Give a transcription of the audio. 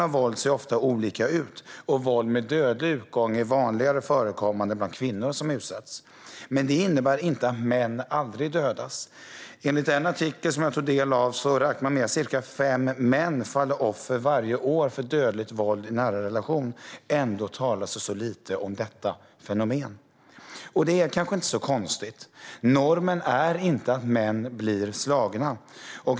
Det rör sig ofta om olika typer av våld, och våld med dödlig utgång är vanligare förekommande bland kvinnor som utsätts. Men detta innebär inte att män aldrig dödas. Enligt en artikel jag tog del av räknar man med att cirka fem män varje år faller offer för dödligt våld i nära relationer. Ändå talas det så lite om detta fenomen. Detta är kanske inte så konstigt. Normen är inte att män blir slagna.